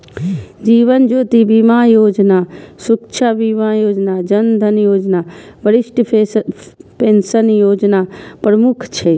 जीवन ज्योति बीमा योजना, सुरक्षा बीमा योजना, जन धन योजना, वरिष्ठ पेंशन योजना प्रमुख छै